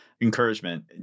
encouragement